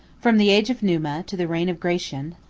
from the age of numa to the reign of gratian,